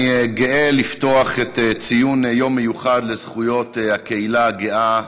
אני גאה לפתוח את ציון היום המיוחד לזכויות הקהילה הגאה בכנסת,